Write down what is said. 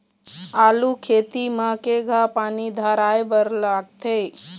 आलू खेती म केघा पानी धराए बर लागथे?